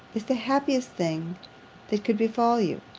is the happiest thing that could befal you.